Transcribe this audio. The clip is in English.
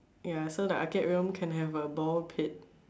ya so the arcade room can have a ball pit